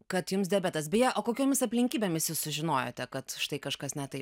kad jums diabetas beje o kokiomis aplinkybėmis jūs sužinojote kad štai kažkas ne taip